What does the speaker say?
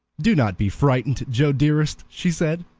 do not be frightened, joe dearest, she said.